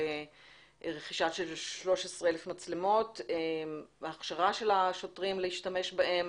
רכישת 13,00 מצלמות והכשרת השוטרים להשתמש בהן.